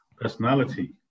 personality